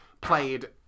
played